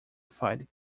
fight